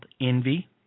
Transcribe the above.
envy